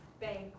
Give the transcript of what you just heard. bank